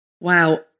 Wow